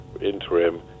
interim